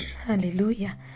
Hallelujah